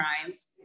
crimes